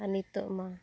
ᱟᱨ ᱱᱤᱛᱚᱜ ᱢᱟ